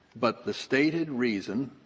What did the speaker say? but the stated reason,